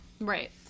right